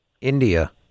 India